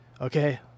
Okay